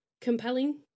compelling